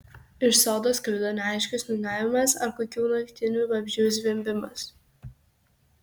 iš sodo sklido neaiškus niūniavimas ar kokių naktinių vabzdžių zvimbimas